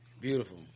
Beautiful